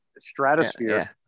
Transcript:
stratosphere